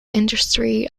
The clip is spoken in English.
industry